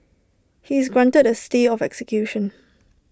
he is granted A stay of execution